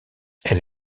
elle